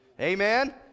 Amen